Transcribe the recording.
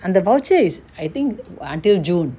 அந்த:antha voucher is I think until june